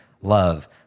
love